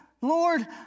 Lord